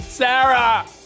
Sarah